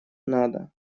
надо